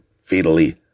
fatally